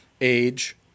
age